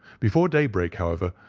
before daybreak, however,